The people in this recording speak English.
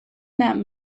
that